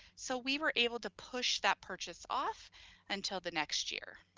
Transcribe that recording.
so we were able to push that purchase off until the next year.